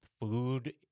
food